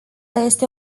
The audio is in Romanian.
este